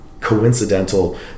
coincidental